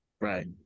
Right